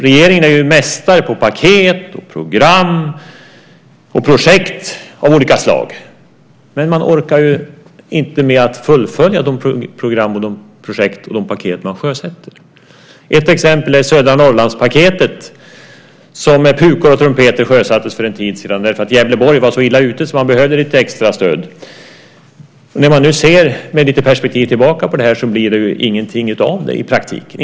Regeringen är mästare på paket, program och projekt av olika slag. Men man orkar ju inte med att fullfölja de program, de projekt och de paket man sjösätter. Ett exempel är paketet till södra Norrland som med pukor och trumpeter sjösattes för en tid sedan för att Gävleborg var så illa ute att man behövde lite extra stöd. När vi nu med lite perspektiv ser tillbaka på det här blev det inget av det i praktiken.